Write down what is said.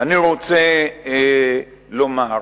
אני רוצה לומר: